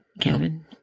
Kevin